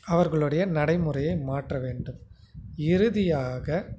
அவர்களுடைய நடைமுறையை மாற்ற வேண்டும் இறுதியாக